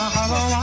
Hello